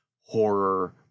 Horror